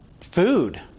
Food